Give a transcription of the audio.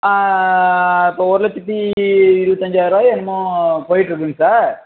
இப்போ ஒரு லட்சத்தி இருபத்தி அஞ்சாயரூபாயோ என்னமோ போய்ட்டு இருக்குதுங்க சார்